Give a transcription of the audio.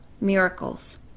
miracles